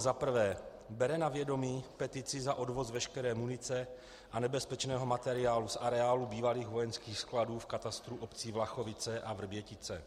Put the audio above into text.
I. bere na vědomí Petici za odvoz veškeré munice a nebezpečného materiálu z areálu bývalých vojenských skladů v katastru obcí Vlachovice a Vrbětice;